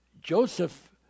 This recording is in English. Joseph